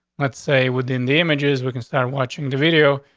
let's say, within damages, we can start watching the video,